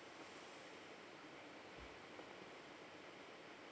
mm